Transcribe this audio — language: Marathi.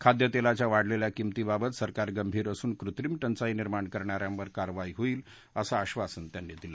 खाद्य तेलाच्या वाढलेल्या किंमतीबाबत सरकार गंभीर असून कृत्रिम टंचाई निर्माण करणाऱ्यांवर कारवाई होईल असं आश्वासन त्यांनी दिलं